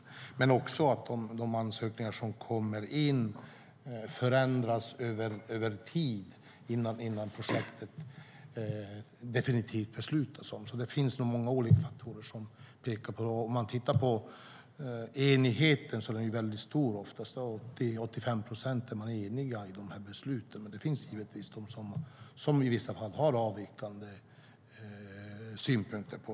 Men det handlar också om att de ansökningar som kommer in förändras över tid innan projektet definitivt beslutats. Det finns många olika faktorer. Om man tittar på enigheten är den oftast väldigt stor. Man är eniga i upp till 85 procent av besluten. Det finns givetvis de som i vissa fall har avvikande synpunkter.